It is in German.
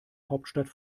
hauptstadt